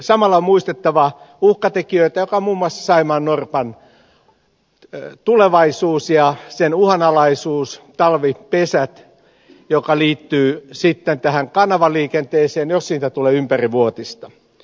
samalla on muistettava uhkatekijät joita ovat muun muassa saimaannorpan tulevaisuus ja sen uhanalaisuus talvipesät ja tämä liittyy tähän kanavaliikenteeseen jos siitä tulee ympärivuotista